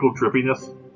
drippiness